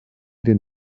den